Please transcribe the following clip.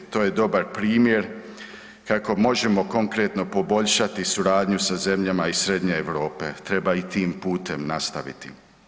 To je dobar primjer kako možemo konkretno poboljšati suradnju sa zemljama iz Srednje Europe, treba i tim putem nastaviti.